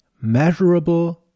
measurable